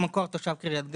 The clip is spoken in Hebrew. במקור, תושב קריית גת,